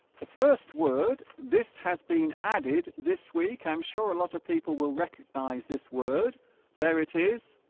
the first word this has been added this week i'm sure a lot of people will recognize this word there it is